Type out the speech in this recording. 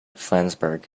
flansburgh